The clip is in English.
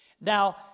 Now